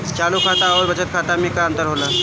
चालू खाता अउर बचत खाता मे का अंतर होला?